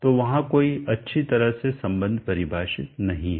तो वहां कोई अच्छी तरह से संबंध परिभाषित नहीं है